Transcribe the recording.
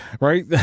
right